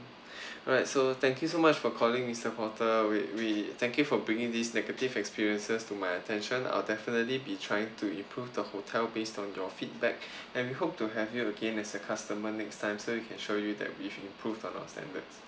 alright so thank you so much for calling mister porter we we thank you for bringing this negative experiences to my attention I'll definitely be trying to improve the hotel based on your feedback and we hope to have you again as a customer next time so we can show you that we've improved on our standards